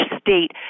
state